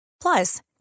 Plus